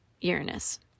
uranus